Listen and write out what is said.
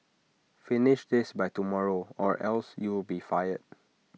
finish this by tomorrow or else you'll be fired